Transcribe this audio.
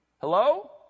Hello